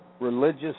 religious